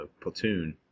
platoon